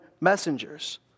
messengers